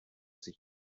sich